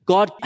God